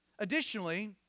Additionally